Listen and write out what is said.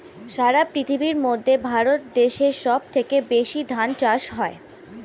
সারা পৃথিবীর মধ্যে ভারত দেশে সব থেকে বেশি ধান চাষ হয়